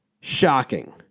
Shocking